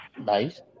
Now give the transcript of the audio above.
Nice